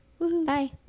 Bye